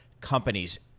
companies